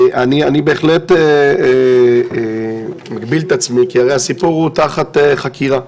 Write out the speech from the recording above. אני בהחלט מגביל את עצמי כי הסיפור תחת חקירה.